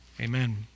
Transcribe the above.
Amen